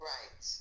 Right